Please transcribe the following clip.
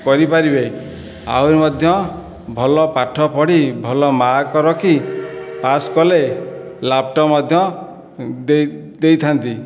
କରିପାରିବେ ଆହୁରି ମଧ୍ୟ ଭଲ ପାଠ ପଢ଼ି ଭଲ ମାର୍କ ରଖି ପାସ୍ କଲେ ଲାପଟପ୍ ମଧ୍ୟ ଦେଇ ଦେଇ ଦେଇଥାନ୍ତି